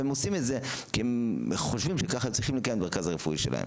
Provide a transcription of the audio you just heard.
והם עושים כי הם חושבים שכך הם צריכים לקיים במרכז הרפואי שלהם.